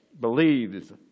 Believes